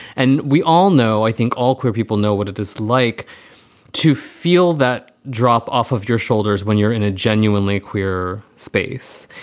and we all know, i think all queer people know what it is like to feel that drop off of your shoulders when you're in a genuinely queer space.